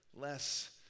less